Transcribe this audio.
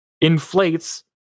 inflates